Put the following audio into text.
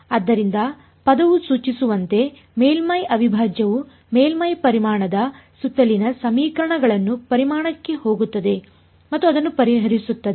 ಆದ್ದರಿಂದ ಪದವು ಸೂಚಿಸುವಂತೆ ಮೇಲ್ಮೈ ಅವಿಭಾಜ್ಯವು ಮೇಲ್ಮೈ ಪರಿಮಾಣದ ಸುತ್ತಲಿನ ಸಮೀಕರಣಗಳನ್ನು ಪರಿಮಾಣಕ್ಕೆ ಹೋಗುತ್ತದೆ ಮತ್ತು ಅದನ್ನು ಪರಿಹರಿಸುತ್ತದೆ